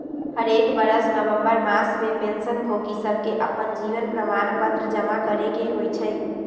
हरेक बरस नवंबर मास में पेंशन भोगि सभके अप्पन जीवन प्रमाण पत्र जमा करेके होइ छइ